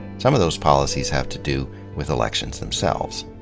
some of those policies have to do with elections themselves.